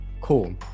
Cool